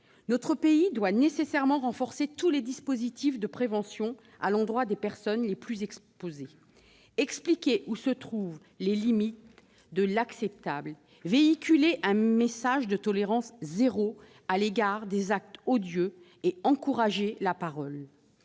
Notre pays doit nécessairement renforcer tous les dispositifs de prévention au bénéfice des personnes les plus exposées, expliquer où se situent les limites de l'acceptable, diffuser un message de tolérance zéro à l'égard des actes odieux et encourager la parole.